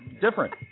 different